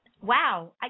wow